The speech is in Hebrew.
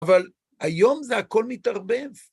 אבל היום זה הכל מתערבב.